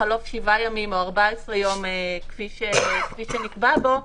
בחלוף 7 ימים או 14 ימים, כפי שנקבע בו,